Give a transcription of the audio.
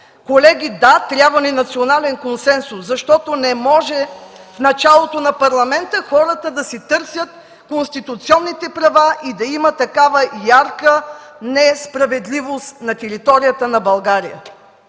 Колеги, да, трябва ни национален консенсус, защото не може в началото на парламента хората да си търсят конституционните права и да има такава ярка несправедливост на територията на България.